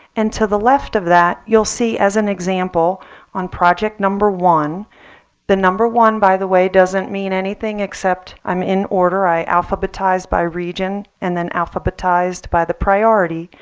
and to the left of that you'll see, as an example on project number one the number one, by the way, doesn't mean anything i'm in order. i alphabetized by region and then alphabetized by the priority.